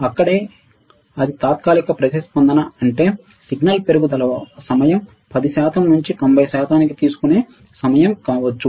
అక్కడే అది తాత్కాలిక ప్రతిస్పందన అంటే సిగ్నల్ పెరుగుదల సమయం 10 శాతం నుండి 90 శాతానికి తీసుకునే సమయం కావచ్చు